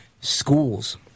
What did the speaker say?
Schools